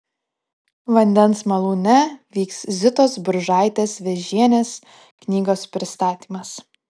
vandens malūne vyks zitos buržaitės vėžienės knygos pristatymas